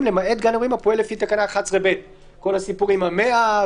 "למעט גן אירועים הפועל לפי תקנה 11ב". כל הסיפור עם ה-100,